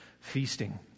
feasting